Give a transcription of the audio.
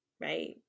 Right